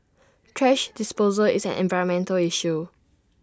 thrash disposal is an environmental issue